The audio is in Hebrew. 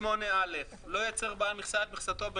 הוא בעל מכסה שעד המועד הקובע ייצר כדין